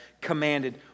commanded